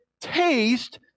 taste